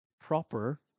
proper